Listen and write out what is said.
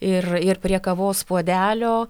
ir ir prie kavos puodelio